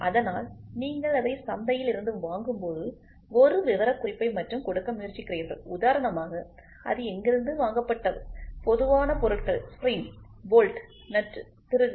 அதனால்நீங்கள் அதை சந்தையில் இருந்து வாங்கும் போது ஒரு விவரக்குறிப்பை மட்டும் கொடுக்க முயற்சிக்கிறீர்கள் உதாரணமாக அது எங்கிருந்து வாங்கப்பட்டதுபொதுவான பொருட்கள் ஸ்பிரிங் போல்ட் நட்டு திருகு